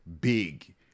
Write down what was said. big